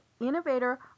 innovator